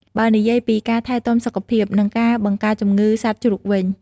បើនិយាយពីការថែទាំសុខភាព និងការបង្ការជំងឺសត្វជ្រូកវិញ។